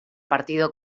partido